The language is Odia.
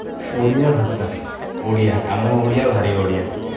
ଓଡ଼ିଆ ଭାଷା ଓଡ଼ିଆ ଆମ ଓଡ଼ିଆ ଭାରି ଓଡ଼ିଆ